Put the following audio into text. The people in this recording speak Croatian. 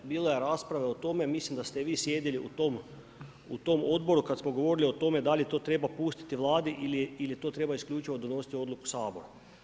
Da bilo je rasprave o tome, mislim da ste vi sjedili u tom odboru, kad smo govorili o tome da li to treba pustiti Vladi ili to treba isključivo donositi odluku Sabora.